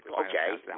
okay